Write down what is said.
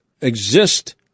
exist